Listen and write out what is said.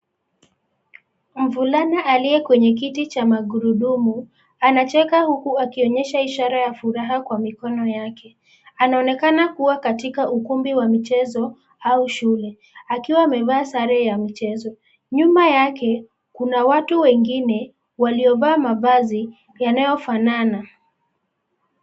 Mvulana aliye kwenye kiti cha magurudumu, anacheka huku akionyesha ishara ya furaha kwa mikono yake. Anaonekana kuwa katika ukumbi wa michezo au shule akiwa amevaa sare ya michezo. Nyuma yake kuna watu wengine waliovaa mavazi yanayofanana.